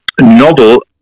novel